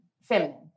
feminine